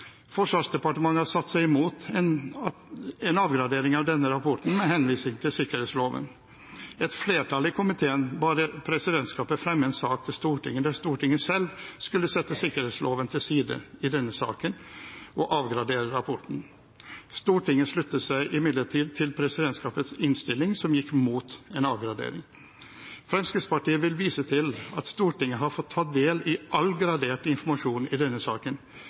Forsvarsdepartementet har satt seg imot en avgradering av denne rapporten, med henvisning til sikkerhetsloven. Et flertall i komiteen ba presidentskapet fremme en sak for Stortinget der Stortinget selv skulle sette sikkerhetsloven til side i denne saken og avgradere rapporten. Stortinget sluttet seg imidlertid til presidentskapets innstilling, som gikk imot en avgradering. Fremskrittspartiet vil vise til at Stortinget har fått ta del i all gradert informasjon i denne saken.